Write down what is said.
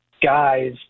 guys